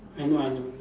I know I know